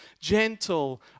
gentle